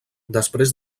després